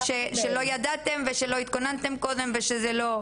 שלא ידעתם ושלא התכוננתם קודם וכל זה.